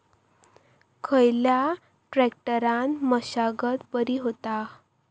खयल्या ट्रॅक्टरान मशागत बरी होता?